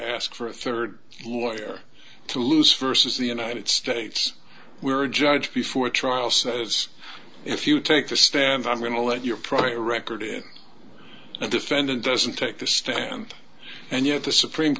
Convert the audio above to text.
ask for a third lawyer to lose versus the united states where a judge before a trial says if you take the stand i'm going to let your prior record in the defendant doesn't take the stand and yet the supreme